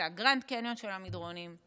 זה הגרנד-קניון של המדרונים.